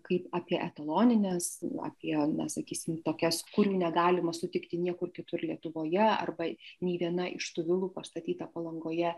kaip apie etaloninės apie na sakysim tokias kurių negalima sutikti niekur kitur lietuvoje arba nei viena iš tų vilų pastatyta palangoje